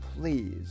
please